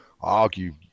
argue